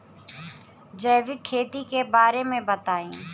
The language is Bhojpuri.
जैविक खेती के बारे में बताइ